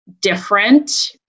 different